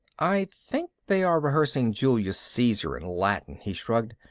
i think they are rehearsing julius caesar in latin. he shrugged.